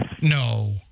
No